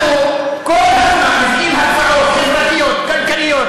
אתה יושב-ראש הקואליציה.